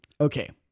Okay